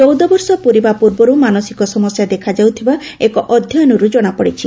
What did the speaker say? ଚଉଦବର୍ଷ ପୂରିବା ପୂର୍ବରୁ ମାନସିକ ସମସ୍ୟା ଦେଖାଯାଉଥିବା ଏକ ଅଧ୍ୟୟନରୁ କଣାପଡ଼ିଛି